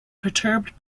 perturbed